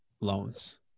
loans